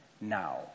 now